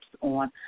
on